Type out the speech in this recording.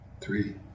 three